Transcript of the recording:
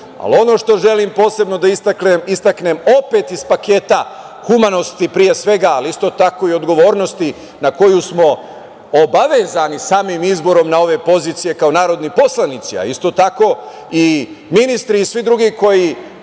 Ono što želim posebno da istaknem opet iz paketa humanosti, ali isto tako i odgovornosti na koju smo obavezani samim izborom na ove pozicije kao narodni poslanici, a isto tako i ministri i svi drugi koji